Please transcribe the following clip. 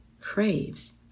craves